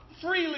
freely